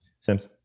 Sims